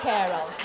Carol